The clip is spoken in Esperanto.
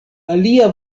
alia